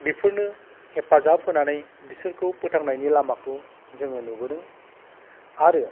बेफोरनो हेफाजाब होनानै बिसोरखौ फोथांनायनि लामाखौ जोङो नुबोदों आरो